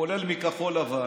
כולל מכחול לבן,